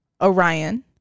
Orion